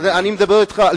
אני מדבר אתך על